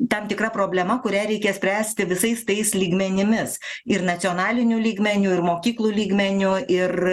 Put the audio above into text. tam tikra problema kurią reikia spręsti visais tais lygmenimis ir nacionaliniu lygmeniu ir mokyklų lygmeniu ir